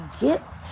get